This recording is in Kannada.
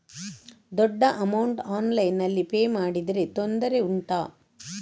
ದೊಡ್ಡ ಅಮೌಂಟ್ ಆನ್ಲೈನ್ನಲ್ಲಿ ಪೇ ಮಾಡಿದ್ರೆ ತೊಂದರೆ ಉಂಟಾ?